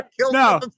no